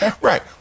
Right